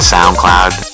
SoundCloud